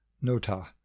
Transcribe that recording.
Nota